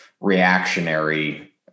reactionary